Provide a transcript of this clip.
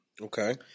Okay